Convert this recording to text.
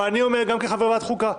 אבל אני אומר גם כחבר בוועדת החוקה,